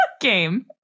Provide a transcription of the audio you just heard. game